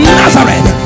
nazareth